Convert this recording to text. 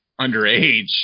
underage